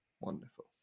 wonderful